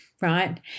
right